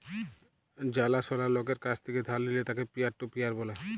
জালা সলা লকের কাছ থেক্যে ধার লিলে তাকে পিয়ার টু পিয়ার ব্যলে